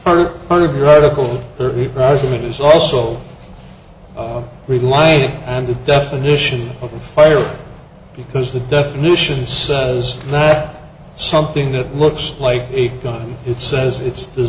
are part of your article as it is also relying on the definition of fire because the definition says that something that looks like a gun it says it's th